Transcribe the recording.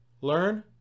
learn